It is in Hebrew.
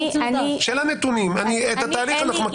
אלה נתונים, את התהליך אנחנו מכירים.